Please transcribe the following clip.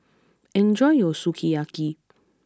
enjoy your Sukiyaki